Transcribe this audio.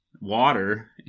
Water